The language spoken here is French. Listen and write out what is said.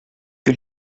que